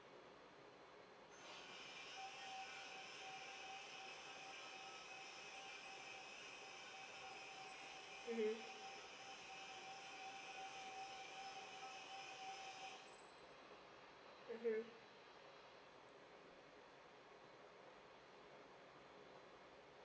mmhmm